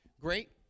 Great